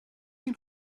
seen